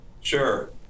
Sure